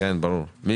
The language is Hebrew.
זה לא הפוך מן